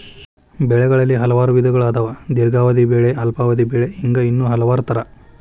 ಬೆಳೆಗಳಲ್ಲಿ ಹಲವಾರು ವಿಧಗಳು ಅದಾವ ದೇರ್ಘಾವಧಿ ಬೆಳೆ ಅಲ್ಪಾವಧಿ ಬೆಳೆ ಹಿಂಗ ಇನ್ನೂ ಹಲವಾರ ತರಾ